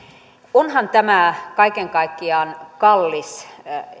onhan tämä kaiken kaikkiaan kallis